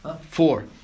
four